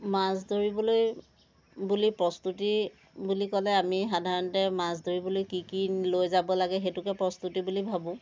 মাছ ধৰিবলৈ বুলি প্ৰস্তুতি বুলি ক'লে আমি সাধাৰণতে মাছ ধৰিবলৈ কি কি নি লৈ যাব লাগে সেইটোকে প্ৰস্তুতি বুলি ভাবোঁ